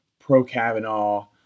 pro-Kavanaugh